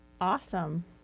Awesome